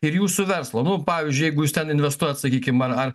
ir jūsų verslą nu pavyzdžiui jeigu jūs ten investuojat sakykim ar ar